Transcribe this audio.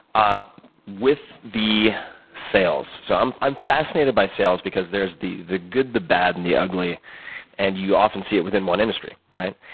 ah with the sales, so um i am fascinated by sales because there is the the good, the bad, and the ugly and you often see it within one industry, right?